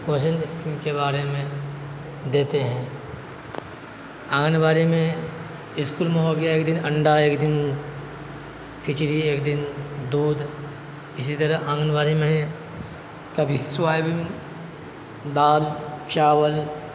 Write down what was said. پوشن scheme کے بارے میں دیتے ہیں آنگن واڑی میں اسکول میں ہوگیا ایک دن انڈا ایک دن کھچڑی ایک دن دودھ اسی طرح آنگن واڑی میں کبھی سویابن دال چاول